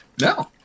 No